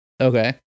Okay